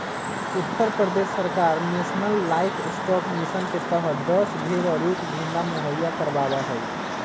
उत्तर प्रदेश सरकार national livestock mission के तहद दस भेंड़ और एक भेंड़ा मुहैया करवावा हई